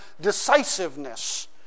decisiveness